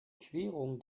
querung